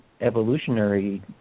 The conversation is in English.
evolutionary